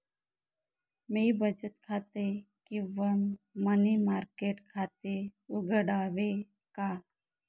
मी बचत खाते किंवा मनी मार्केट खाते उघडावे का?